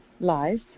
lies